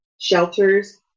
shelters